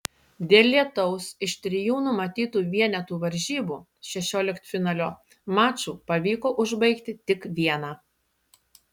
dėl lietaus iš trijų numatytų vienetų varžybų šešioliktfinalio mačų pavyko užbaigti tik vieną